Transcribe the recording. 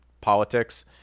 politics